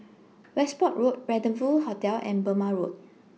Westbourne Road Rendezvous Hotel and Burmah Road